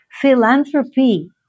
philanthropy